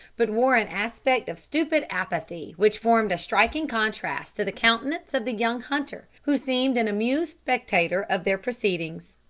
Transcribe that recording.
but wore an aspect of stupid apathy, which formed a striking contrast to the countenance of the young hunter, who seemed an amused spectator of their proceedings.